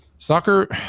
Soccer